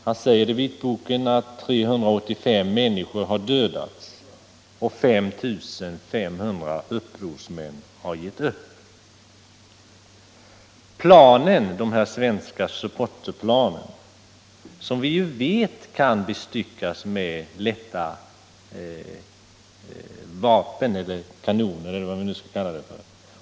Han uppger att 385 människor har dödats och att 5 500 upprorsmän har givit upp. Vi vet att de svenska Supporterplanen kan bestyckas med lätta kanoner eller vad vi skall kalla dem.